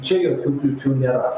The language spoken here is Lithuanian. čia jokių kliūčių nėra